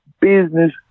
business